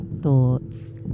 thoughts